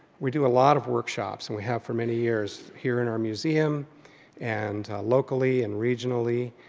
we do a lot of workshops and we have for many years here in our museum and locally and regionally.